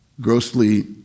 grossly